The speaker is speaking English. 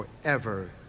forever